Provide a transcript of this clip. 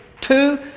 Two